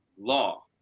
law